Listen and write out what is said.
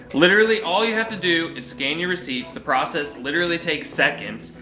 literally all you have to do is scan your receipts. the process literally takes seconds.